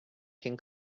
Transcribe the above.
can